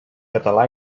català